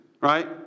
right